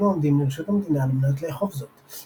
העומדים לרשות המדינה על מנת לאכוף זאת,